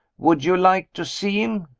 would you like to see him?